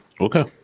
Okay